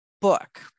book